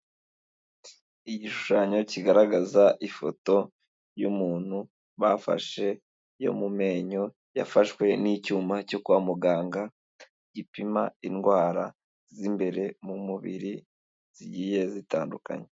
Igishushanyo kigaragaza ifoto y'umuntu bafashe yo mu menyo yafashwe n'icyuma cyo kwa muganga, gipima indwara z'imbere mu mubiri zigiye zitandukanye.